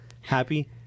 happy